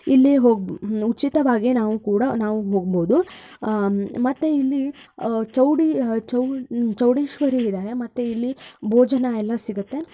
ಇಲ್ಲೇ ಹೋಗಿ ಉಚಿತವಾಗೇ ನಾವು ಕೂಡ ನಾವು ಹೋಗಬಹುದು ಮತ್ತು ಇಲ್ಲಿ ಚೌಡೀ ಚೌ ಚೌಡೇಶ್ವರಿ ಇದ್ದಾರೆ ಮತ್ತೆ ಇಲ್ಲಿ ಭೋಜನ ಎಲ್ಲ ಸಿಗತ್ತೆ